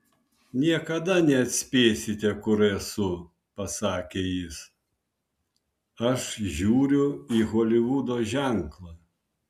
niekada neatspėsite kur esu pasakė jis aš žiūriu į holivudo ženklą